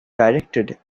directed